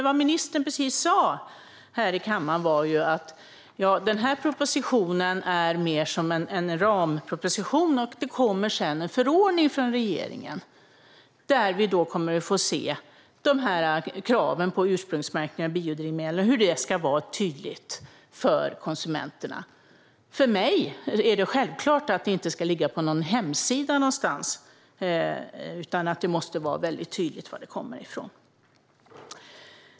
Vad ministern precis sa här i kammaren var ju att den här propositionen är mer som en ramproposition och att det sedan kommer en förordning från regeringen där vi kommer att få se de här kraven på ursprungsmärkning av biodrivmedel och hur det ska vara tydligt för konsumenterna. För mig är det självklart att informationen inte bara ska ligga på någon hemsida någonstans; det måste vara väldigt tydligt varifrån drivmedlet kommer.